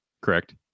correct